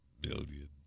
billion